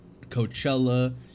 Coachella